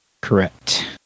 Correct